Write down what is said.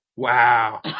Wow